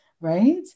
Right